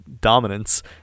dominance